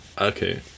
Okay